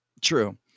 True